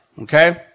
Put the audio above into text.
Okay